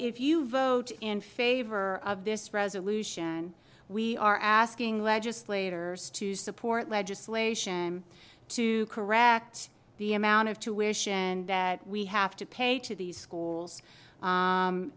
if you vote in favor of this resolution we are asking legislators to support legislation to correct the amount of to wish that we have to pay to these schools